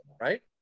right